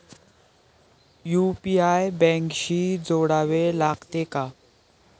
UPI बँकेशी जोडावे लागते का?